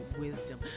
wisdom